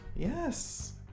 Yes